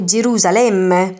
Gerusalemme